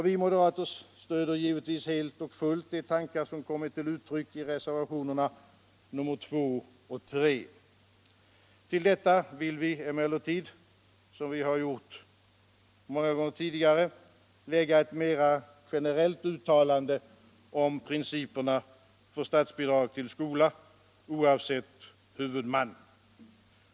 Vi moderater stöder givetvis helt och fullt de tankar som kommit till uttryck i reservationerna 2 och 3. Till detta vill vi emellertid, som vi gjort många gånger tidigare, lägga ett mera generellt uttalande om principerna för statsbidrag till skola, oavsett huvudman.